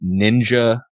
ninja